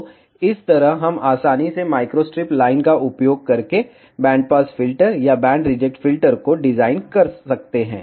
तो इस तरह हम आसानी से माइक्रोस्ट्रिप लाइन का उपयोग करके बैंड पास फिल्टर या बैंड रिजेक्ट फिल्टर को डिजाइन कर सकते हैं